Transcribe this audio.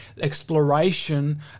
exploration